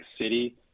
city